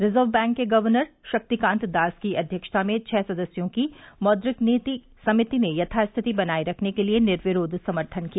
reserve bank के governor Shaktikanta Das की अध्यक्षता में छह सदस्यों की मौद्रिक नीति समिति ने यथास्थिति बनाए रखने के लिए निर्विरोध समर्थन किया